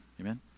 amen